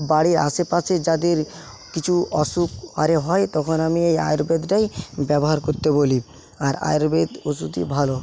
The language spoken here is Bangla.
বাড়ির আশেপাশে যাদের কিছু অসুখ আরে হয় তখন আমি এই আয়ুর্বেদটাই ব্যবহার করতে বলি আর আয়ুর্বেদ ওষুধই ভালো